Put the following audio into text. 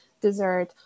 dessert